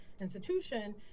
institution